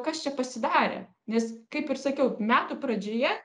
kas čia pasidarė nes kaip ir sakiau metų pradžioje